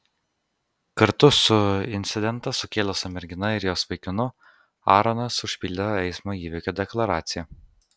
kartu su incidentą sukėlusia mergina ir jos vaikinu aaronas užpildė eismo įvykio deklaraciją